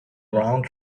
around